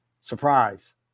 Surprise